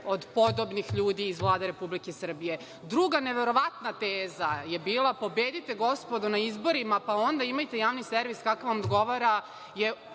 od podobnih ljudi iz Vlade Republike Srbije. Druga, neverovatna teza je bila pobedite gospodo na izborima pa onda imajte javni servis kakav vam odgovara